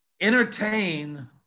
entertain